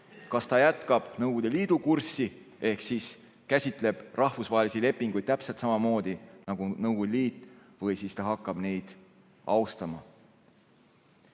kas ta jätkab Nõukogude Liidu kurssi ehk käsitleb rahvusvahelisi lepinguid täpselt samamoodi nagu Nõukogude Liit või ta hakkab neid austama. Üks